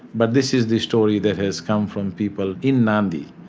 but this is the story that has come from people in nadi.